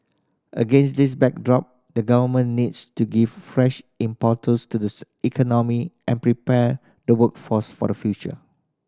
against this backdrop the Government needs to give fresh impetus to the economy and prepare the workforce for the future